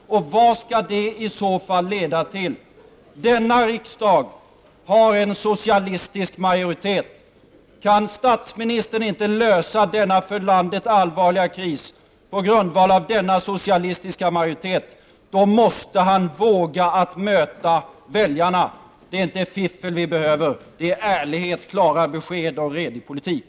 Vad skall det i så fall leda till? Denna riksdag har en socialistisk majoritet. Kan statsministern inte lösa denna för landet så allvarliga kris med stöd av denna socialistiska majoritet, måste han våga att möta väljarna. Det är inte fiffel vi behöver, utan det är ärlighet, klara besked och en redlig politik.